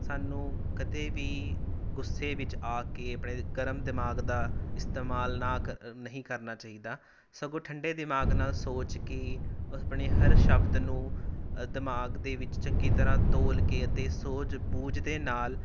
ਸਾਨੂੰ ਕਦੇ ਵੀ ਗੁੱਸੇ ਵਿੱਚ ਆ ਕੇ ਆਪਣੇ ਗ਼ਰਮ ਦਿਮਾਗ ਦਾ ਇਸਤੇਮਾਲ ਨਾ ਕ ਨਹੀਂ ਕਰਨਾ ਚਾਹੀਦਾ ਸਗੋਂ ਠੰਡੇ ਦਿਮਾਗ ਨਾਲ ਸੋਚ ਕੇ ਆਪਣੇ ਹਰ ਸ਼ਬਦ ਨੂੰ ਦਿਮਾਗ ਦੇ ਵਿੱਚ ਚੰਗੀ ਤਰ੍ਹਾਂ ਤੋਲ ਕੇ ਅਤੇ ਸੂਝ ਬੂਝ ਦੇ ਨਾਲ